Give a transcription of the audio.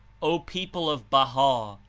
o people of baha'!